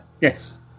Yes